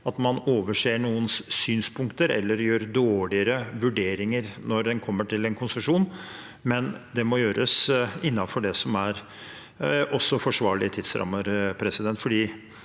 at man overser noens synspunkter eller gjør dårligere vurderinger når det kommer til en konsesjon, men det må gjøres innenfor det som er forsvarlige tidsrammer, ikke